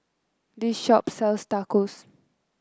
this shop sells Tacos